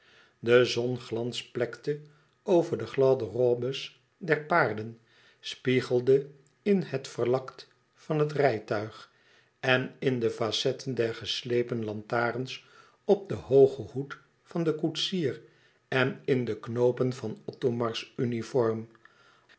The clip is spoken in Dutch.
de zon glansplekte over de gladde robes der paarden spiegelde in het verlakt van het rijtuig en in de facetten der geslepen lantarens op den hoogen hoed van den koetsier en in de knoopen van othomars uniform